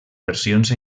versions